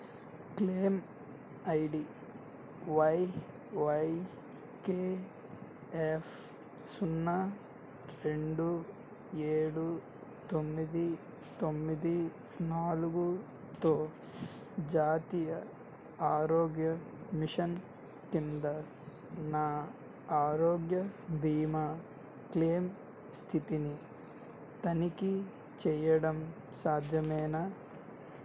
claim ID Y Y K F సున్నా రెండు ఏడు తొమ్మిది తొమ్మిది నాలుగుతో జాతీయ ఆరోగ్య మిషన్ కింద నా ఆరోగ్య బీమా క్లెయిమ్ స్థితిని తనిఖీ చేయడం సాధ్యమేనా